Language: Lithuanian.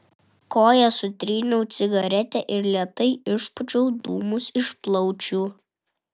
koja sutryniau cigaretę ir lėtai išpūčiau dūmus iš plaučių